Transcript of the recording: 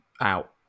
out